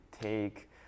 take